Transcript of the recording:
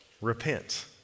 repent